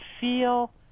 feel